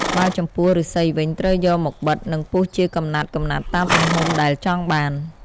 បើចំពោះ ឫស្សីវិញត្រូវយកមកបិត និងពុះជាកំណាត់ៗតាមទំហំដែលចង់បាន។